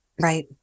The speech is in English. right